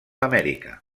amèrica